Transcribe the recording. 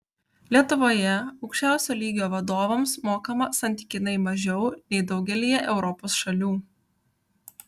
lietuvoje aukščiausio lygio vadovams mokama santykinai mažiau nei daugelyje europos šalių